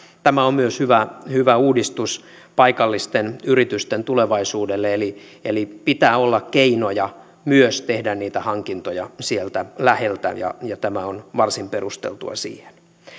tämä on myös hyvä hyvä uudistus paikallisten yritysten tulevaisuudelle eli eli pitää olla keinoja myös tehdä niitä hankintoja sieltä läheltä ja ja tämä on varsin perusteltua siihen